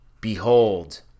behold